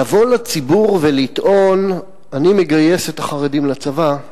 לבוא לציבור ולטעון: אני מגייס חרדים לצבא,